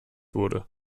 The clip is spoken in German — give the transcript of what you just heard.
wurde